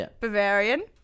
Bavarian